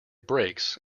breaks